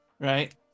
right